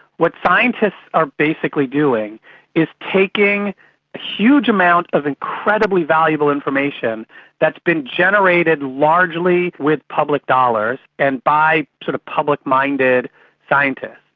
what scientists are basically doing is taking a huge amount of incredibly valuable information that's been generated largely with public dollars and by sort of public-minded scientists.